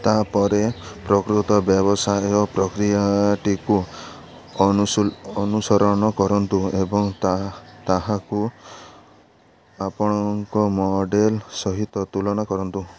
ତାପରେ ପ୍ରକୃତ ବ୍ୟବସାୟ ପ୍ରକ୍ରିୟାଟିକୁ ଅନୁସରଣ କରନ୍ତୁ ଏବଂ ତାହା ତାହାକୁ ଆପଣଙ୍କ ମଡ଼େଲ୍ ସହିତ ତୁଳନା କରନ୍ତୁ